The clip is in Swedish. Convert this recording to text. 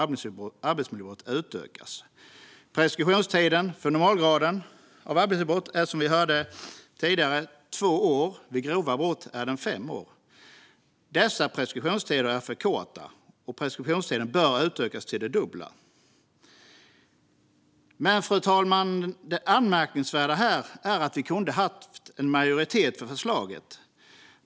Som vi hörde tidigare är preskriptionstiden för normalgraden av arbetsmiljöbrott två år. Vid grova brott är den fem år. Dessa preskriptionstider är för korta och bör utökas till det dubbla. Fru talman! Det anmärkningsvärda här är att vi kunde ha haft en majoritet för förslaget.